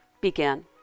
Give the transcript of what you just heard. begin